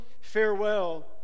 farewell